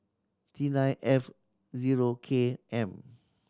T nine F zero K M